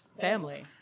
family